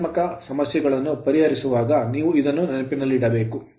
ಸಂಖ್ಯಾತ್ಮಕ ಸಮಸ್ಯೆಗಳನ್ನು ಪರಿಹರಿಸುವಾಗ ನೀವು ಇದನ್ನು ನೆನಪಿನಲ್ಲಿಡಬೇಕು